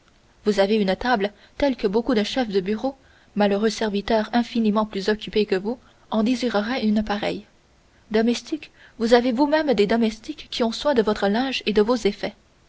vous avez une table telle que beaucoup de chefs de bureau malheureux serviteurs infiniment plus occupés que vous en désireraient une pareille domestique vous avez vous-même des domestiques qui ont soin de votre linge et de vos effets